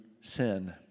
Sin